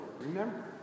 remember